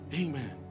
Amen